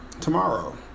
tomorrow